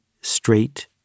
straight